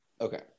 Okay